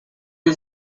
was